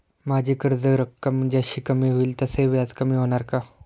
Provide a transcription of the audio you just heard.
माझी कर्ज रक्कम जशी कमी होईल तसे व्याज कमी होणार का?